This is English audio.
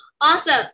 Awesome